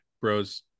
bros